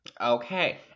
Okay